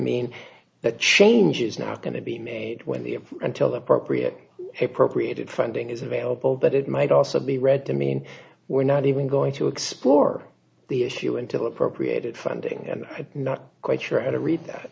mean that change is not going to be made when the until the appropriate appropriated funding is available but it might also be read to mean we're not even going to explore the issue until appropriated funding and i'm not quite sure how to read that